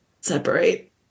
separate